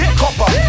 copper